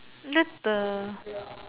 let the